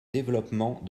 développement